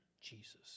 Jesus